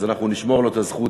אז אנחנו נשמור לו את הזכות,